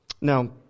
Now